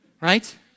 right